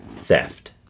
theft